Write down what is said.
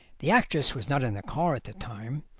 the actress was not in the car at the time,